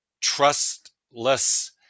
trustless